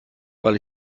weil